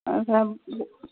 অঁ হয়